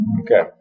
Okay